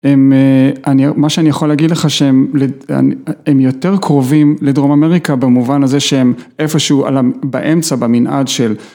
מה שאני יכול להגיד לך, שהם יותר קרובים לדרום אמריקה, במובן הזה שהם איפשהו באמצע, במנעד של...